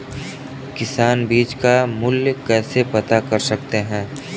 किसान बीज का मूल्य कैसे पता कर सकते हैं?